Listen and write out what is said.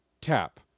tap